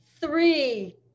three